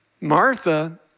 Martha